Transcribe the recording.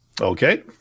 Okay